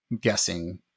guessing